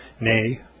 nay